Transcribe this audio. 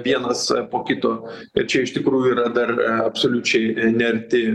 vienas po kito tai čia iš tikrųjų yra dar absoliučiai ne arti